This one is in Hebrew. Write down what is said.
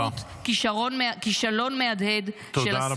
-- פשוט כישלון מהדהד -- תודה רבה.